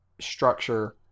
structure